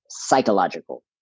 psychological